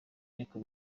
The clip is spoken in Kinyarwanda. ariko